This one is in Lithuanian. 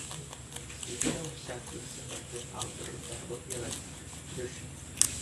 skaitydamas šią pjesę tampi autoriaus darbo įrankiu triušiu